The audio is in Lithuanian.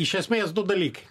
iš esmės du dalykai